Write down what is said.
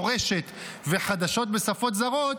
מורשת וחדשות בשפות זרות,